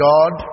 God